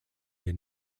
had